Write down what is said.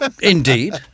Indeed